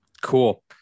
cool